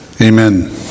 Amen